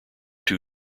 two